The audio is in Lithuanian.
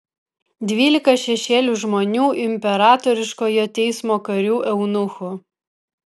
dvylika šešėlių žmonių imperatoriškojo teismo karių eunuchų